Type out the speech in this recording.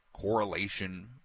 correlation